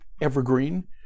Evergreen